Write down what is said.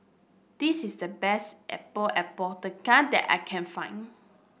this is the best Epok Epok that I can find